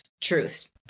truth